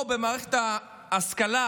במערכת ההשכלה